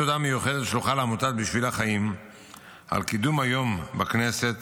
תודה מיוחדת שלוחה לעמותת בשביל החיים על קידום היום בכנסת